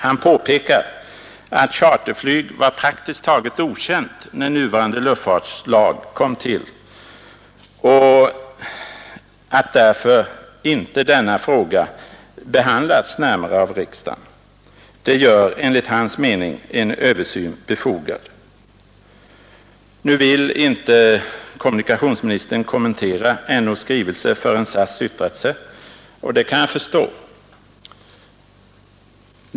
Han påpekar att charterflyg var praktiskt taget okänt när nuvarande luftfartslag kom till och att därför denna fråga inte behandlats närmare av riksdagen. Det gör enligt hans mening en översyn befogad. Nu vill kommunikationsministern inte kommentera NO:s skrivelse förrän SAS yttrat sig, och det kan jag förstå.